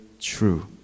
true